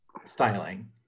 Styling